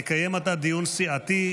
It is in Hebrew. נקיים עתה דיון סיעתי,